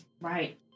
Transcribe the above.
Right